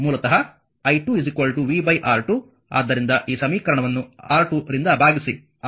ಆದ್ದರಿಂದ ಈ ಸಮೀಕರಣವನ್ನು R2ನಿಂದ ಭಾಗಿಸಲಾಗಿದೆ ಮೂಲತಃ i2 v R2